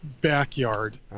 backyard